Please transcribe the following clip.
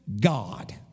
God